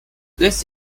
this